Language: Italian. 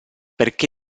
perché